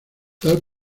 tal